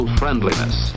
friendliness